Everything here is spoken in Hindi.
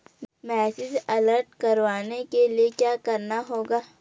मैसेज अलर्ट करवाने के लिए क्या करना होगा?